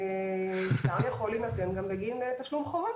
אפשר גם בגין תשלום חובה.